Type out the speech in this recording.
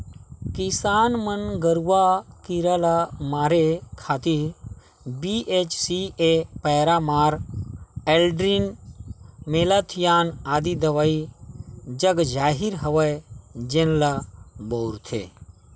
किसान मन गरूआ कीरा ल मारे खातिर बी.एच.सी.ए पैरामार, एल्ड्रीन, मेलाथियान आदि दवई जगजाहिर हवय जेन ल बउरथे